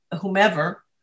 whomever